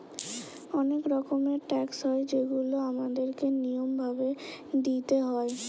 অনেক রকমের ট্যাক্স হয় যেগুলা আমাদের কে নিয়ম ভাবে দিইতে হয়